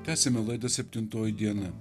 tęsiame laidą septintoji diena